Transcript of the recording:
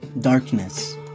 darkness